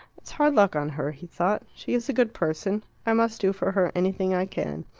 it's hard luck on her, he thought. she is a good person. i must do for her anything i can.